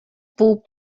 болуп